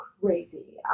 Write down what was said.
crazy